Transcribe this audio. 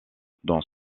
dans